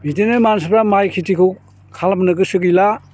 बिदिनो मानसिफ्रा माइ खेथिखौ खालामनो गोसो गैला